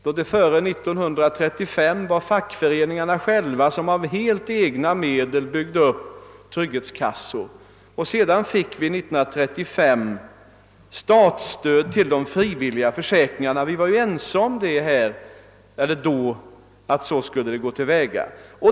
Före år 1935 byggde fackföreningarna själva med helt egna medel upp trygghetskassor, år 1935 infördes statsstöd till de frivilliga försäkringarna. Man var vid detta tillfälle här i riksdagen ense om att vi skulle gå denna väg.